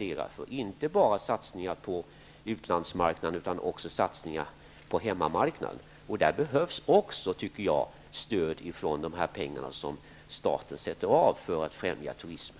det dock inte bara satsningar på utlandsmarknaden utan också satsningar på hemmamarknaden, och det är vad jag pläderar för. Det behövs, tycker jag, också ett stöd från de pengar som staten avsätter för främjandet av turismen.